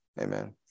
Amen